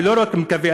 אני לא רק מקווה,